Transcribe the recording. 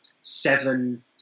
seven